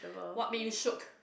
what made you shooked